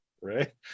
Right